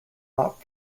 not